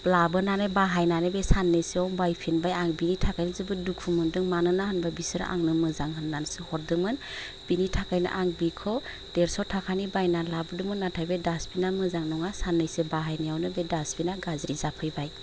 लाबोनानै बाहायनानै बे साननैसोआव बायफिनबाय आं बिनि थाखायनो जोबोद दुखु मोनदों मानोना बिसोर आंनो मोजां होननानैसो हरदोंमोन बिनि थाखायनो आं बिखौ देरस' ताखानि बायनानै लाबोदोंमोन नाथाय बे डास्टबिना मोजां नङा साननैसो बाहायनायावनो बे डास्टबिना गाज्रि जाफैबाय